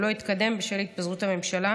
והוא לא התקדם בשל התפזרות הממשלה,